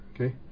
Okay